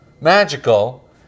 magical